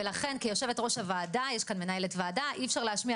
וכיושבת-ראש הוועדה אי-אפשר להשמיע